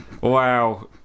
Wow